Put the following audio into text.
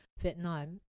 Vietnam